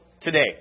today